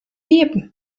iepen